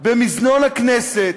במזנון הכנסת,